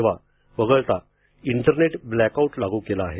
सेवा वगळता internet blackout लागू केला आहे